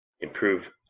improve